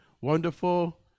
wonderful